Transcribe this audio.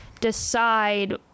decide